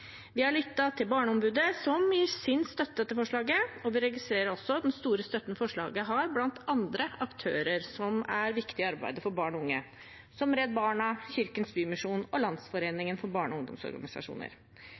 registrerer også den store støtten forslaget har blant andre aktører som er viktige i arbeidet for barn og unge, som Redd Barna, Kirkens Bymisjon og